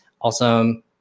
Awesome